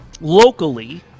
locally